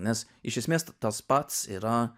nes iš esmės tas pats yra